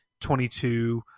22